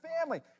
family